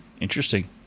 Interesting